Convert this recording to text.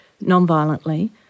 non-violently